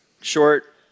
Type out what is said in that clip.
short